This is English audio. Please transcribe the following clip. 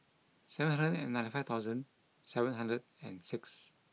seven hundred and ninety five thousand seven hundred and six